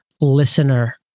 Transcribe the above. listener